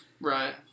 Right